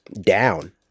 down